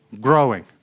growing